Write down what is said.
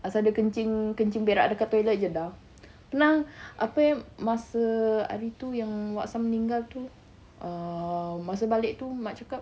asal dia kencing kencing berak dekat toilet jer dah pernah apa masa hari tu yang wak sam meninggal tu err masa balik tu mak cakap